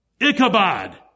Ichabod